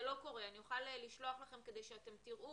אני יכולה לשלוח לכם כדי שתראו